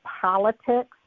politics